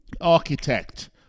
architect